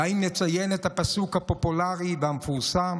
די אם נציין את הפסוק הפופולרי והמפורסם